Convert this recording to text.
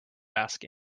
asking